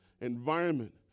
environment